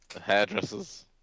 hairdressers